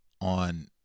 on